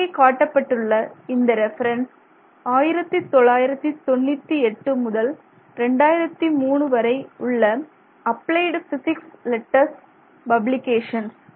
இங்கே காட்டப்பட்டுள்ள இந்த ரெஃபரன்ஸ் 1998 முதல் 2003 வரை உள்ள அப்பிளைட் பிசிக்ஸ் லெட்டர்ஸ் பப்ளிகேஷன்ஸ்